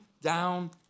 down